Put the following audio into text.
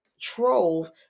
trove